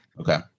Okay